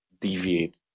deviate